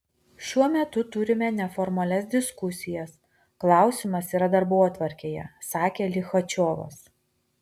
šiuo metu turime neformalias diskusijas klausimas yra darbotvarkėje sakė lichačiovas